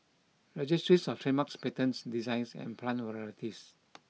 Registries Of Trademarks Patents Designs and Plant Varieties